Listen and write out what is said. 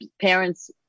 parents